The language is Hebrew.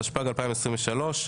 התשפ"ג-2023,